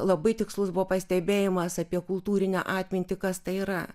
labai tikslus buvo pastebėjimas apie kultūrinę atmintį kas tai yra